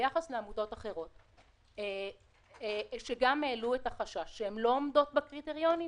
ביחס לעמותות אחרות שגם העלו את החשש שהן לא עומדות בקריטריונים,